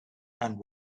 and